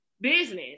business